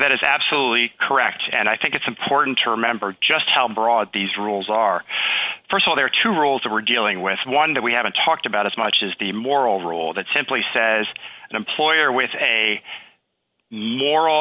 that is absolutely correct and i think it's important to remember just how broad these rules are for so there are two rules that we're dealing with one that we haven't talked about as much as the moral rule that simply says an employer with a moral